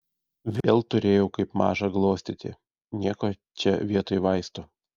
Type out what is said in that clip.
vėl turėjau kaip mažą glostyti nieko čia vietoj vaistų